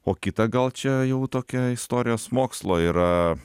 o kita gal čia jau tokia istorijos mokslo yra